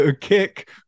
kick